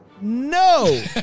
no